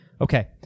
Okay